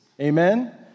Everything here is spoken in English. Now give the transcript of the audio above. Amen